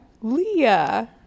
Leah